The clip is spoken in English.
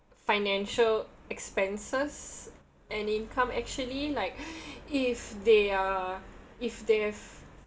financial expenses and income actually like if they are if they have